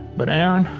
but aaron